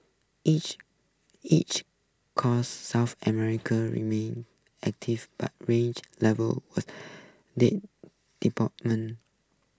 each each coast south America remained active but range levels date department